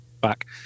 back